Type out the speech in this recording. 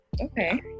Okay